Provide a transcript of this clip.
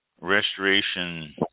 restoration